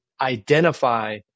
identify